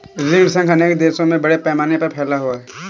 ऋण संघ अनेक देशों में बड़े पैमाने पर फैला हुआ है